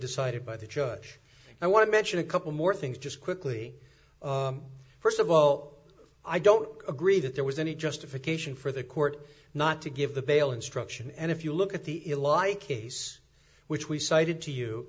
decided by the judge i want to mention a couple more things just quickly first of all i don't agree that there was any justification for the court not to give the bail instruction and if you look at the in law case which we cited to you